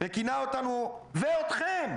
וכינה אותנו ואתכם